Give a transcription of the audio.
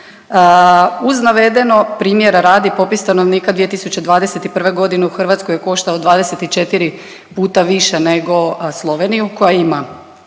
Uz navedeno primjera radi popis stanovnika 2021.g. u Hrvatskoj je koštao 24 puta više nego Sloveniju koja ima